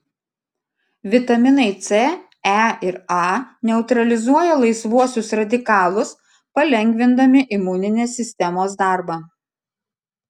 vitaminai c e ir a neutralizuoja laisvuosius radikalus palengvindami imuninės sistemos darbą